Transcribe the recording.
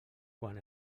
quan